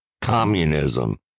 communism